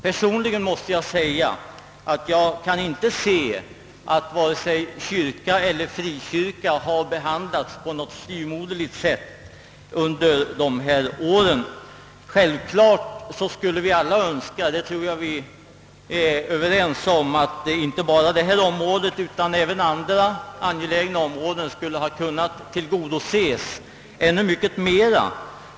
Personligen kan jag inte finna att vare sig kyrka eller frikyrka har behandlats på något styvmoderligt sätt under dessa år. Självklart skulle väl alla önska att inte bara detta område utan även andra angelägna. områden hade kunnat tillgodoses ännu mycket mera.